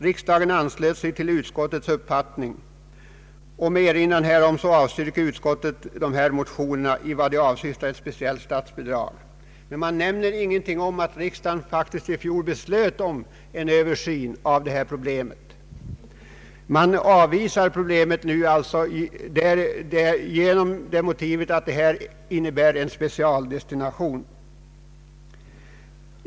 Riksdagen anslöt sig till utskottets uppfattning.” Med erinran härom avstyrker utskottismajoriteten motionerna i vad de avser ett speciellt statsbidrag. Majoriteten nämner ingenting om att riksdagen i fjol faktiskt beslöt om en översyn av detta problem, utan avvisar motionsyrkandena med motiveringen att ett bifall innebär en specialdestination.